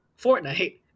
Fortnite